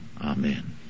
Amen